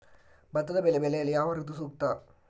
ಭತ್ತದ ಬೆಳೆ ಬೆಳೆಯಲು ಯಾವ ಋತು ಸೂಕ್ತ?